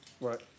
Right